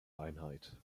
einheit